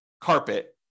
carpet